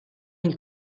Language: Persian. این